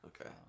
Okay